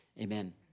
Amen